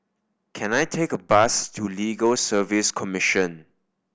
can I take a bus to Legal Service Commission